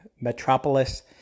metropolis